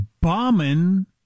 bombing